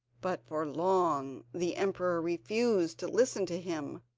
but for long the emperor refused to listen to him,